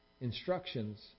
instructions